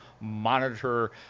monitor